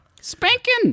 spanking